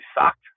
sucked